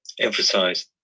emphasize